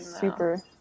super